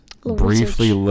briefly